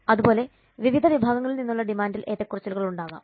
അതുപോലെ വിവിധ വിഭാഗങ്ങളിൽ നിന്നുള്ള ഡിമാൻഡിൽ ഏറ്റക്കുറച്ചിലുണ്ടാകാം